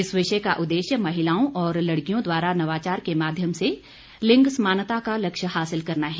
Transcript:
इस विषय का उद्देश्य महिलाओं और लड़कियों द्वारा नवाचार के माध्यम से लिंग समानता का लक्ष्य हासिल करना है